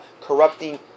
corrupting